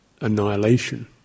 annihilation